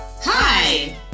Hi